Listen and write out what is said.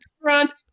restaurants